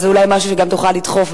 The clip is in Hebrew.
אז זה אולי משהו שגם תוכל לדחוף,